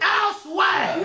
elsewhere